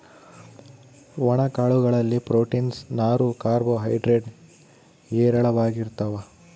ಒಣ ಕಾಳು ಗಳಲ್ಲಿ ಪ್ರೋಟೀನ್ಸ್, ನಾರು, ಕಾರ್ಬೋ ಹೈಡ್ರೇಡ್ ಹೇರಳವಾಗಿರ್ತಾವ